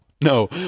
no